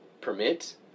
permit